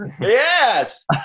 Yes